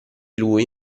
lui